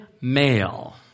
Male